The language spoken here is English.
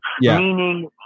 Meaning